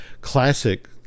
classic